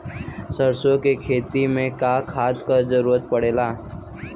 सरसो के खेती में का खाद क जरूरत पड़ेला?